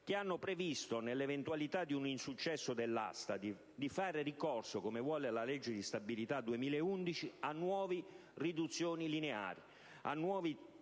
che hanno previsto, nell'eventualità di un insuccesso dell'asta, di fare ricorso, come vuole la legge di stabilità 2011, a nuove riduzioni lineari, a nuove